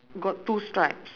got two stripes